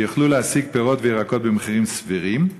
שיוכלו להשיג פירות וירקות במחירים סבירים?